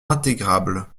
intégrables